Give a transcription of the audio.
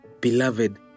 beloved